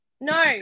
No